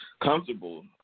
comfortable